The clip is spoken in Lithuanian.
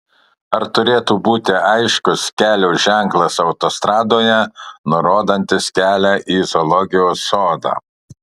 ar turėtų būti aiškus kelio ženklas autostradoje nurodantis kelią į zoologijos sodą